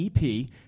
EP